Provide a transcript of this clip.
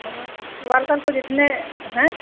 हाँ वर्कर को जितने हैं